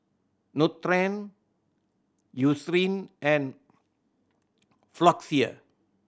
Nutren Eucerin and Floxia